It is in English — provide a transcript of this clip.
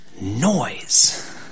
Noise